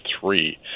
three